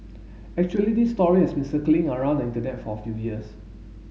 actually this story has been circling around the Internet for a few years